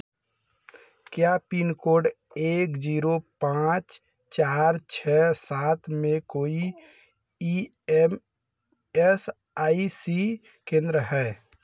क्या pin code एक zero पाँच चार छः सात में कोई ई एम आई सी केंद्र है